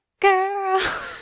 Girl